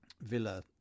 Villa